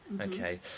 okay